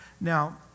Now